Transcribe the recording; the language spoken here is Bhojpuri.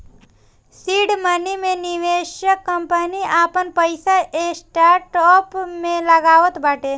सीड मनी मे निवेशक कंपनी आपन पईसा स्टार्टअप में लगावत बाटे